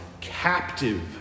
captive